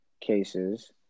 cases